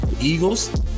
eagles